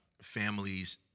families